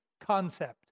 concept